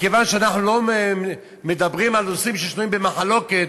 מכיוון שאנחנו לא מדברים על נושאים שנויים במחלוקת,